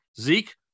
Zeke